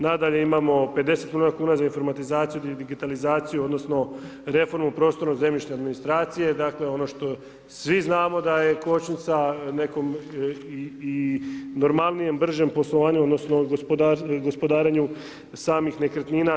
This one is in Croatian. Nadalje, imamo 50 milijuna kuna za informatizaciju, digitalizaciju odnosno reformu … [[Govornik se ne razumije]] zemljišne administracije, dakle, ono što svi znamo da je kočnica nekom i normalnijem, bržem poslovanju odnosno gospodarenju samih nekretnina.